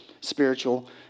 spiritual